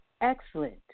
excellent